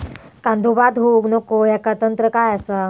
कांदो बाद होऊक नको ह्याका तंत्र काय असा?